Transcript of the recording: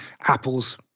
Apple's